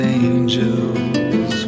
angels